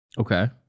Okay